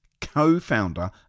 Co-founder